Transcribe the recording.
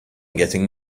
getting